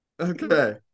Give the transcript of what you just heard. Okay